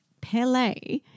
Pele